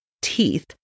teeth